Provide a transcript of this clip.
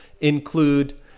include